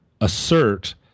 assert